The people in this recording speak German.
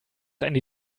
eine